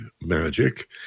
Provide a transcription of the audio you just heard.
magic